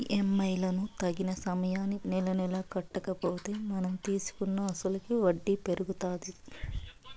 EMI లను తగిన సమయానికి నెలనెలా కట్టకపోతే మనం తీసుకున్న అసలుకి వడ్డీ పెరుగుతాది